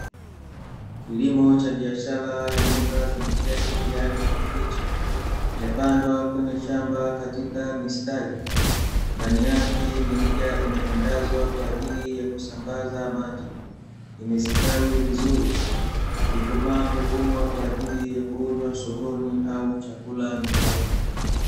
Kilimo cha biashara ya mboga za majani yaani kabichi, imepandwa kwenye shamba katika mistari, ndani yake mirija imetandazwa kwa ajili ya kusambaza maji, imestawi vizuri, ikikomaa huvunwa kwa ajili ya kuuzwa sokoni au chakula nyumbani.